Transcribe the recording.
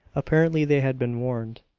apparently they had been warned.